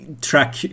track